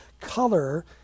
color